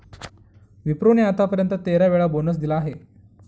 विप्रो ने आत्तापर्यंत तेरा वेळा बोनस दिला आहे